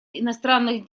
иностранных